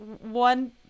One